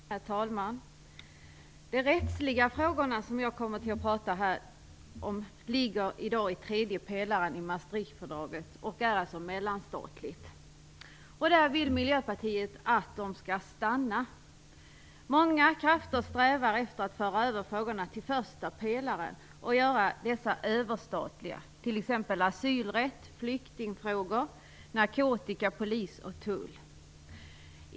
Herr talman! De rättsliga frågorna, som jag kommer att tala om här i dag, ingår i tredje pelaren i Maastrichtfördraget. De är alltså mellanstatliga. Miljöpartiet vill att dessa frågor skall ligga kvar där. Många krafter strävar efter att överföra dessa frågor till första pelaren och därmed göra dem överstatliga, t.ex. asylrätt, flyktingfrågor, narkotika, polis och tull.